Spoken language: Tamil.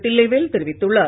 தில்லைவேல் தெரிவித்துள்ளார்